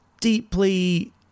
deeply